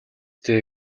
дээ